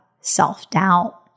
self-doubt